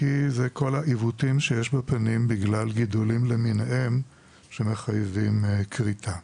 כי זה כל העיוותים שיש בפנים בגלל גידולים למיניהם שמחייבים כריתה.